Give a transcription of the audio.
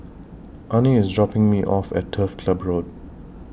Arne IS dropping Me off At Turf Club Road